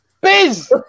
biz